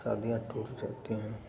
शादियाँ टूट जाती हैं